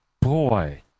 boy